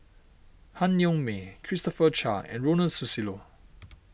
Han Yong May Christopher Chia and Ronald Susilo